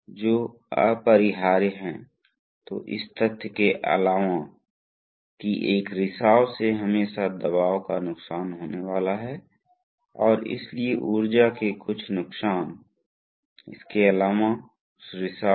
यह मूल रूप से इस तथ्य से प्राप्त किया जाता है कि यह इनलेट पोर्ट है इसलिए द्रव पथ क्या है द्रव पथ इसके माध्यम से है इसके माध्यम से इसके माध्यम से इस तरह के माध्यम से यह द्रव पथ है ठीक है